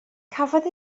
cafodd